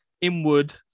inward